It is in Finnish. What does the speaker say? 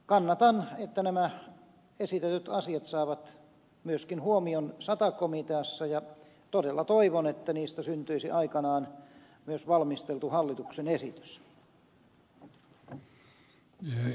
kannatan sitä että nämä esitetyt asiat saavat myöskin huomion sata komiteassa ja todella toivon että niistä syntyisi aikanaan myös valmisteltu hallituksen esitys